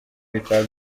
bikaba